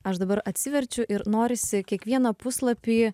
aš dabar atsiverčiu ir norisi kiekvieną puslapį